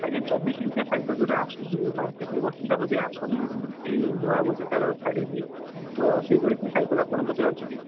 ଆଜ୍ଞା ଚବିଶ ଇଞ୍ଚିଆ ସାଇକେଲ ଯେଉଁଟା ଆସୁଛି ମାର୍କେଟ୍କୁ ବର୍ତ୍ତମାନ ବୋଧେ ସେଟା ଆସୁନି କି ନୂଆ ବୋଧେ ତା'ର ଛାଡ଼ିଛି ତ ସେଭଳି କି ସାଇକେଲ ଆପଣଙ୍କ କତରେ ଅଛି କି